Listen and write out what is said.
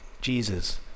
Jesus